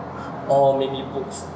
or maybe books